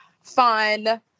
fun